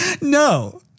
no